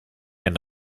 and